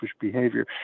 behavior